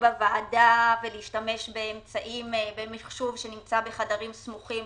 בוועדה ולהשתמש במחשוב שנמצא בחדרים סמוכים.